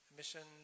mission